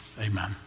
Amen